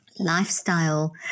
lifestyle